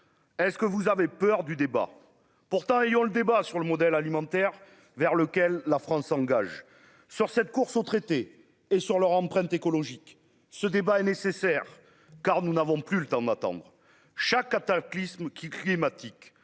est-ce que vous avez peur du débat, pourtant il y a le débat sur le modèle alimentaire vers lequel la France s'engage sur cette course au traité et sur leur empreinte écologique, ce débat est nécessaire, car nous n'avons plus le temps m'attendre chaque cataclysme qui climatiques